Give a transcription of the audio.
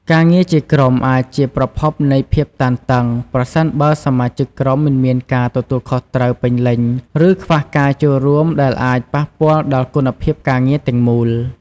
ការងារជាក្រុមអាចជាប្រភពនៃភាពតានតឹង ប្រសិនបើសមាជិកក្រុមមិនមានការទទួលខុសត្រូវពេញលេញ ឬខ្វះការចូលរួម ដែលអាចប៉ះពាល់ដល់គុណភាពការងារទាំងមូល។